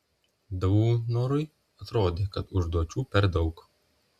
daunorui atrodė kad užduočių per daug